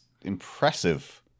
impressive